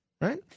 right